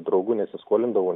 draugų nesiskolindavau